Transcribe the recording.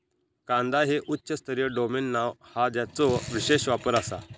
कांदा हे उच्च स्तरीय डोमेन नाव हा ज्याचो विशेष वापर आसा